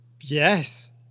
Yes